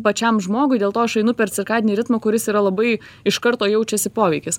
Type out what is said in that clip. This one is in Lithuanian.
pačiam žmogui dėl to aš einu per cirkadinį ritmą kuris yra labai iš karto jaučiasi poveikis